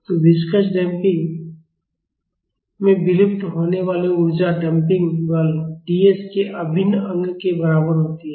तो viscous damping में विलुप्त होने वाली ऊर्जा डंपिंग बल dx के अभिन्न अंग के बराबर होती है